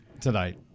tonight